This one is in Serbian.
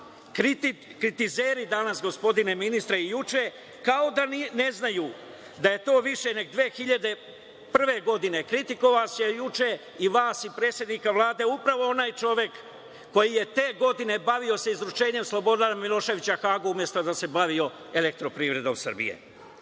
kritizeri danas, gospodine ministre, i juče kao da ne znaju da je to više nego 2001. godine. Kritikovao vas je juče, i vas i predsednika Vlade, upravo onaj čovek koji se te godine bavio izručenjem Slobodana Miloševića Hagu, umesto da se bavio EPS-om.E, sad, dame